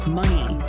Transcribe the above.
money